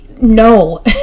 No